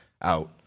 out